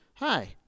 Hi